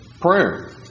prayer